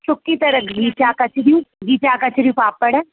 सुकी तरह खीचा कचरी खीचा कचरी पापड़